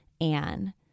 Anne